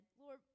Lord